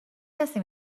کسی